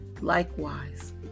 Likewise